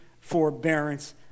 forbearance